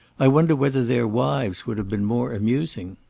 i wonder whether their wives would have been more amusing.